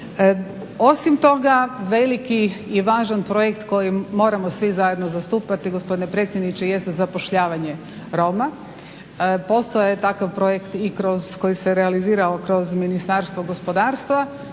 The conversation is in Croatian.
Osim toga veliki i važan projekt koji moramo svi zajedno zastupati gospodine predsjedniče jeste zapošljavanje Roma. Postojao je takav projekt i kroz koji se realizirao kroz Ministarstvo gospodarstva